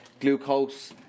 glucose